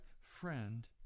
Friend